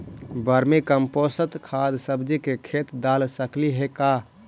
Vermi compost खाद सब्जी के खेत दाल सकली हे का?